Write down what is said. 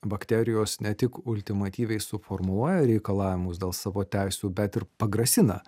bakterijos ne tik ultimatyviai suformuoja reikalavimus dėl savo teisių bet ir pagrasina